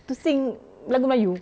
to sing lagu melayu